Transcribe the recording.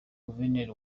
guverineri